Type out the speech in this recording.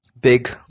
big